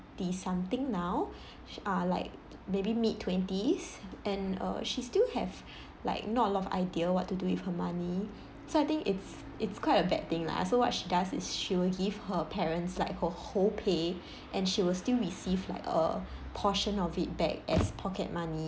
something now uh like maybe mid twenties and uh she still have like not a lot of idea what to do with her money so I think it's it's quite a bad thing lah so what she does is she will give her parents like her whole pay and she will still receive like a portion of it back as pocket money